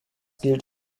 gilt